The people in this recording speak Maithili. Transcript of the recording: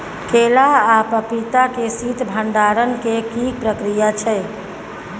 केला आ पपीता के शीत भंडारण के की प्रक्रिया छै?